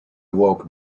awoke